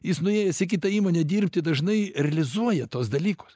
jis nuėjęs į kitą įmonę dirbti dažnai realizuoja tuos dalykus